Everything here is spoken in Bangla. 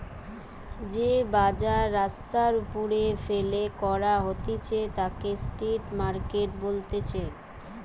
যে বাজার রাস্তার ওপরে ফেলে করা হতিছে তাকে স্ট্রিট মার্কেট বলতিছে